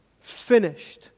finished